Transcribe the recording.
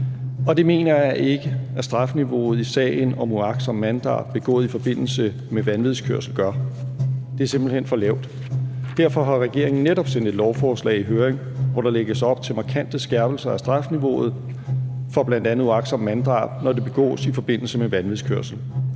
Og det mener jeg ikke at strafniveauet i sager om uagtsomt manddrab begået i forbindelse med vanvidskørsel gør. Det er simpelt hen for lavt. Derfor har regeringen netop sendt et lovforslag i høring, hvor der lægges op til markante skærpelser af strafniveauet for bl.a. uagtsomt manddrab, når det begås i forbindelse med vanvidskørsel.